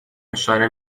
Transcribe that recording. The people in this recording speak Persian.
اشاره